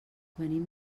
venim